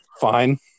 fine